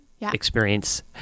experience